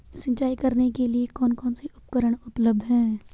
सिंचाई करने के लिए कौन कौन से उपकरण उपलब्ध हैं?